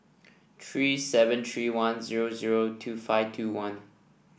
three seven three one zero zero two five two one